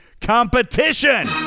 competition